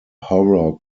horror